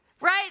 right